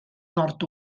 nord